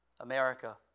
America